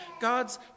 God's